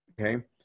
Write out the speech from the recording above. okay